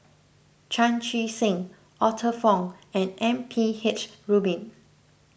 Chan Chee Seng Arthur Fong and M P H Rubin